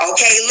Okay